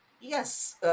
Yes